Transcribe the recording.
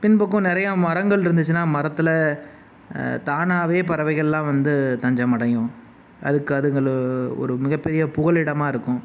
பின்பக்கம் நிறையா மரங்கள் இருந்துச்சுன்னா மரத்தில் தானாகவே பறவைகள்லாம் வந்து தஞ்சம் அடையும் அதுக்கு அதுங்கள் ஒரு மிகப்பெரிய புகழிடமாக இருக்கும்